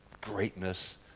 greatness